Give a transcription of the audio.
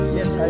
Yes